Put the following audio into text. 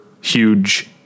huge